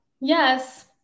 yes